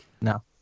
No